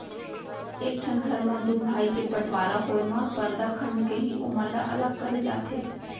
एक ठन घर म दू भाई के बँटवारा होय म परदा खंड़ के ही ओमन ल अलग करे जाथे